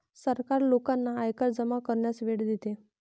सरकार लोकांना आयकर जमा करण्यास वेळ देते